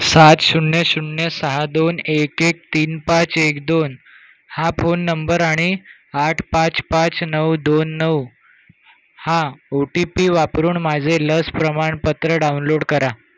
सात शून्य शून्य सहा दोन एक एक तीन पाच एक दोन हा फोन नंबर आणि आठ पाच पाच नऊ दोन नऊ हा ओ टी पी वापरून माझे लस प्रमाणपत्र डाउनलोड करा